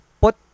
put